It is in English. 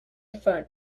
front